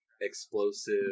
explosive